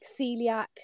celiac